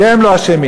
כי הם לא האשמים.